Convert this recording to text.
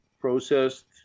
processed